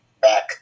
back